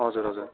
हजुर हजुर